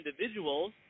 individuals